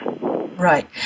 Right